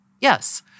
Yes